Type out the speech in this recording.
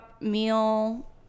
meal